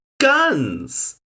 guns